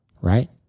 Right